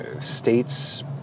states